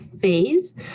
phase